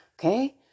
Okay